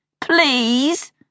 Please